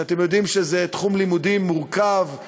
ואתם יודעים שזה תחום לימודים מורכב,